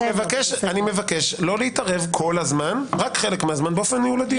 אני מבקש לא להתערב כל הזמן באופן ניהול הדיון.